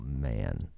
man